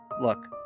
look